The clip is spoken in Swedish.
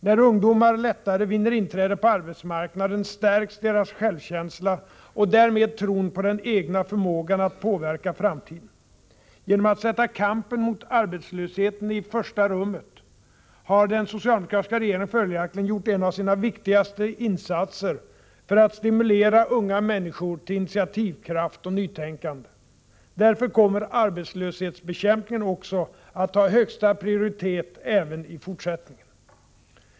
När ungdomar lättare vinner inträde på arbetsmarknaden stärks deras självkänsla och därmed tron på den egna förmågan att påverka framtiden. Genom att sätta kampen mot arbetslösheten i första rummet har den socialdemokratiska regeringen följaktligen gjort en av sina viktigaste insatser för att stimulera unga människor till initiativkraft och nytänkande. Därför kommer arbetslöshetsbekämpningen också att ha högsta prioritet även i fortsättningen.